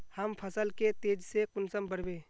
हम फसल के तेज से कुंसम बढ़बे?